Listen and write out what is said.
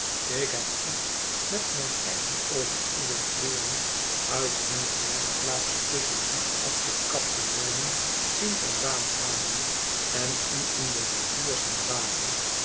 ik heb u met mijne eigen ooen uwe kleeren uit hunne bergplaats tusschen die afgekapte boomen zien vandaan halen en u in de rivier zien baden